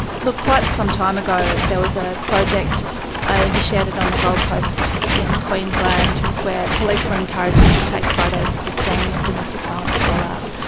look, quite some time ago there was a project ah initiated on the gold in queensland where police were encouraged to take photos of the scene of domestic violence callouts.